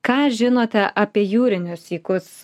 ką žinote apie jūrinius sykus